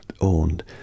owned